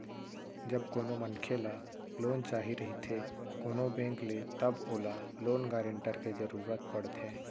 जब कोनो मनखे ल लोन चाही रहिथे कोनो बेंक ले तब ओला लोन गारेंटर के जरुरत पड़थे